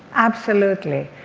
absolutely.